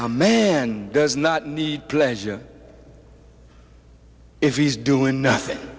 a man does not need pleasure if he's doing nothing